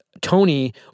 Tony